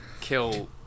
kill